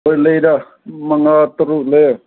ꯍꯣꯏ ꯂꯩꯗ ꯃꯉꯥ ꯇꯔꯨꯛ ꯂꯩꯌꯦ